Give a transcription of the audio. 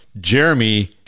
Jeremy